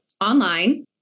online